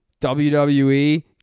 WWE